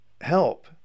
help